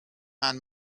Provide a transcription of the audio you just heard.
and